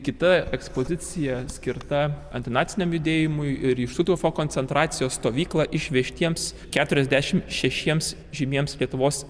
kita ekspozicija skirta antinaciniam judėjimui ir į štuthofo koncentracijos stovyklą išvežtiems keturiasdešimt šešiems žymiems lietuvos